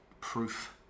proof